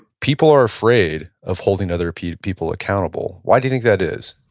people are afraid of holding other people people accountable. why do you think that is?